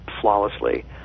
flawlessly